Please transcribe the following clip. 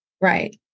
right